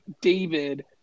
David